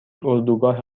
اردوگاه